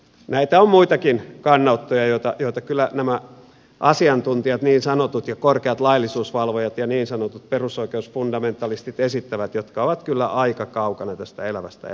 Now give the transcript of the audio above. näitä on muitakin kannanottoja joita kyllä nämä asiantuntijat niin sanotut ja korkeat laillisuusvalvojat ja niin sanotut perusoikeusfundamentalistit esittävät jotka ovat kyllä aika kaukana tästä elävästä elämästä